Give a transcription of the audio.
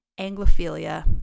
Anglophilia